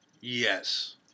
Yes